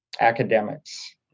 academics